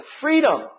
freedom